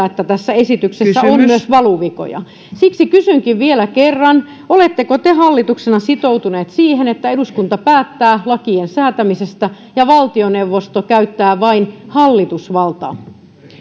että tässä esityksessä on myös valuvikoja siksi kysynkin vielä kerran oletteko te hallituksena sitoutuneet siihen että eduskunta päättää lakien säätämisestä ja valtioneuvosto käyttää vain hallitusvaltaa